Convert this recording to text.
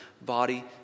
body